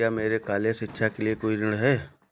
क्या मेरे कॉलेज शिक्षा के लिए कोई ऋण है?